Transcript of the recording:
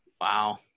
Wow